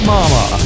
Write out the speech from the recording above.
Mama